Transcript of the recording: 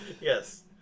Yes